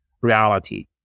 reality